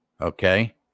Okay